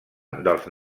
dels